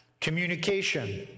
communication